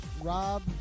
Rob